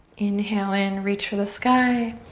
inhale in, reach for the sky.